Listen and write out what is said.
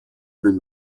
den